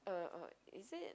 uh is it